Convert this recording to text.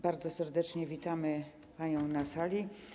Bardzo serdecznie witamy panią na sali.